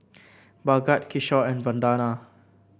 Bhagat Kishore and Vandana